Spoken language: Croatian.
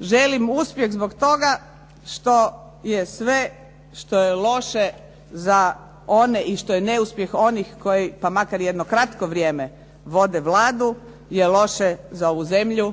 želim uspjeh zbog toga što je sve što je loše za one i što je neuspjeh onih koji pa makar jedno kratko vrijeme, vode Vladu je loše za ovu zemlju.